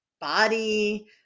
body